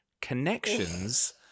Connections